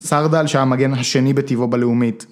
סרדל שהיה המגן השני בטבעו בלאומית